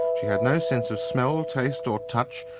she had no sense of smell, taste or touch,